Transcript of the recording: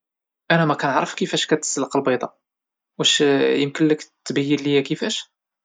انا مكنعرف كفاش كتصلق البيضة واش امكلك تبين ليا كفاش؟